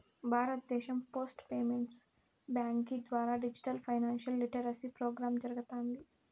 భారతదేశం post payments బ్యాంకీ ద్వారా డిజిటల్ ఫైనాన్షియల్ లిటరసీ ప్రోగ్రామ్ జరగతాంది